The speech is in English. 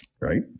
Right